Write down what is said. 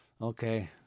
okay